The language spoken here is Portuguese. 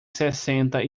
sessenta